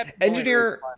engineer